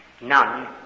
none